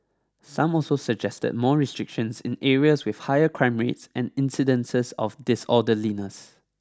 some also suggested more restrictions in areas with higher crime rates and incidences of disorderliness